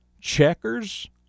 Checkers